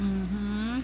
mmhmm